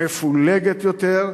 מפולגת יותר,